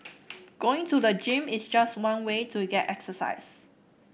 going to the gym is just one way to get exercise